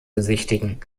besichtigen